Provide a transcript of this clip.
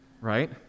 Right